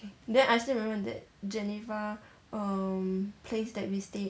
then I still remember that geneva um place that we stay